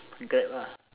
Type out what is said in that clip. grab lah